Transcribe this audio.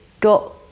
Got